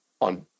on